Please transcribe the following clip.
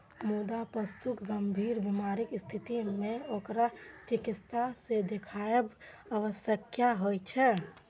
मुदा पशुक गंभीर बीमारीक स्थिति मे ओकरा चिकित्सक सं देखाएब आवश्यक होइ छै